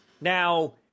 Now